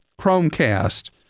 Chromecast